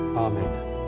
Amen